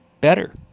better